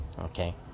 okay